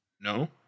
no